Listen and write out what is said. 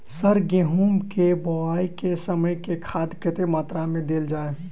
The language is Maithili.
सर गेंहूँ केँ बोवाई केँ समय केँ खाद कतेक मात्रा मे देल जाएँ?